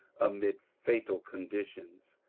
amid fatal conditions.